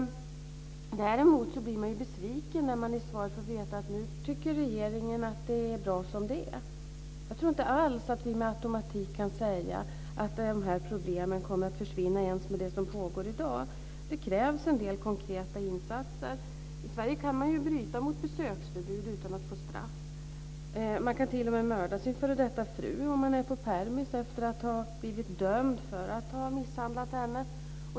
Däremot blir jag besviken när man i svaret får veta att regeringen nu tycker att det är bra som det är. Jag tror inte alls att vi med automatik kan säga att de här problemen kommer att försvinna ens med det som pågår i dag. Det krävs en del konkreta insatser. I Sverige kan man ju bryta mot besöksförbud utan att få straff. Man kan t.o.m. mörda sin f.d. fru om man är på permis efter att ha blivit dömd för att ha misshandlat henne.